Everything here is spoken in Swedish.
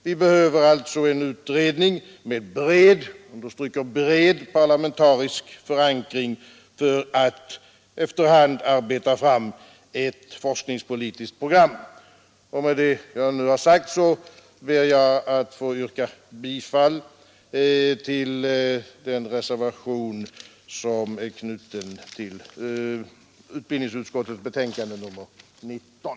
Vi behöver alltså en utredning med bred parlamentarisk förankring för att efter hand arbeta fram ett forskningspolitiskt program. Med det jag nu har sagt ber jag att få yrka bifall till den reservation som är knuten till utbildningsutskottets betänkande nr 19.